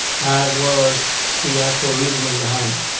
as well as the actual reasoning behind it?